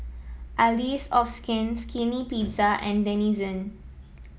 Allies of Skin Skinny Pizza and Denizen